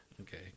Okay